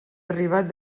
arribat